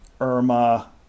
Irma